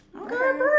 Okay